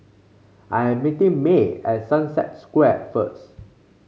I am meeting May at Sunset Square first